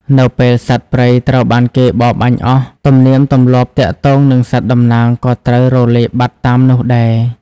នៅពេលសត្វព្រៃត្រូវបានគេបរបាញ់អស់ ទំនៀមទម្លាប់ទាក់ទងនឹងសត្វតំណាងក៏ត្រូវរលាយបាត់តាមនោះដែរ។